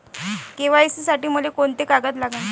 KYC साठी मले कोंते कागद लागन?